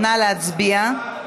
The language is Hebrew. נא להצביע.